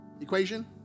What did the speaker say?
equation